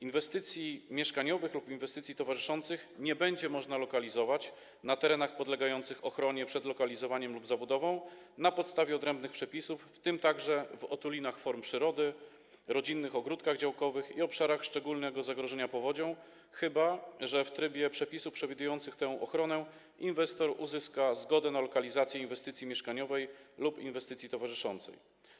Inwestycji mieszkaniowych lub inwestycji towarzyszących nie będzie można lokalizować na terenach podlegających ochronie przed lokalizowaniem lub zabudową na podstawie odrębnych przepisów, w tym także w otulinach form ochrony przyrody, rodzinnych ogrodach działkowych i obszarach szczególnego zagrożenia powodzią, chyba że w trybie przepisów przewidujących tę ochronę inwestor uzyska zgodę na lokalizację inwestycji mieszkaniowej lub inwestycji towarzyszącej.